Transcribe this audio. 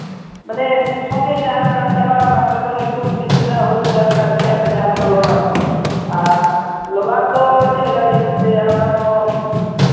ᱢᱟᱱᱮ ᱥᱚᱸᱜᱮ ᱡᱟᱦᱟᱸ ᱫᱟᱜ ᱪᱟᱵᱟᱜᱼᱟ ᱚᱱᱟ ᱠᱚᱨᱮ ᱫᱚ ᱮᱠᱥᱚ ᱵᱤᱥ ᱫᱤᱱ ᱨᱮᱭᱟᱜ ᱦᱳᱲᱳ ᱞᱮ ᱪᱟᱥᱟ ᱡᱟᱦᱟᱸᱞᱮᱠᱟ ᱞᱚᱞᱟᱴ ᱠᱚ ᱟᱨ ᱞᱚᱞᱟᱴ ᱫᱚ ᱪᱮᱫᱞᱮᱠᱟ ᱞᱮ ᱞᱟᱹᱭᱟ ᱚᱱᱟ ᱫᱚ